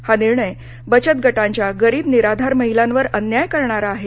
हा निर्णय बचत गटांच्या गरिबनिराधार महिलांवर अन्याय करणारा आहे